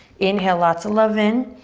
inhale, lots of love in,